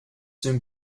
soon